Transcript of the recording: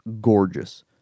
gorgeous